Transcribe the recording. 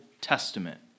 Testament